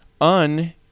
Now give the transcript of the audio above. Un